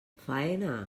faena